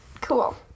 cool